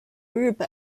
日本